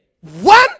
One